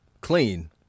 clean